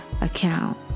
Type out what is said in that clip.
account